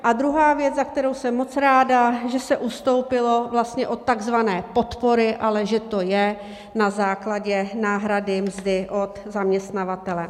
A druhá věc, za kterou jsem moc ráda, že se ustoupilo od takzvané podpory, ale že to je na základě náhrady mzdy od zaměstnavatele.